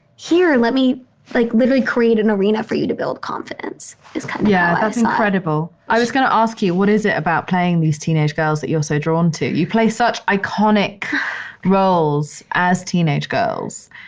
here, let me like literally create an arena for you to build confidence. is kind of yeah. that's incredible. i was going to ask you, what is it about playing these teenage girls that you also drawn to? you play such iconic roles as teenage girls.